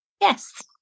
Yes